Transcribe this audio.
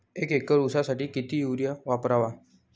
एक एकर ऊसासाठी किती युरिया वापरावा?